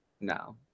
No